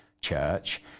church